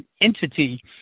entity